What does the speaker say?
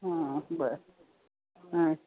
ह बरं अ